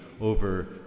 over